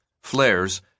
flares